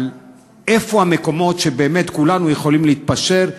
על איפה המקומות שבהם באמת כולנו יכולים להתפשר,